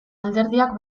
alderdiak